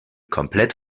komplett